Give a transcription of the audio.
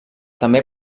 també